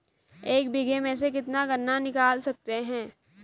एक बीघे में से कितना गन्ना निकाल सकते हैं?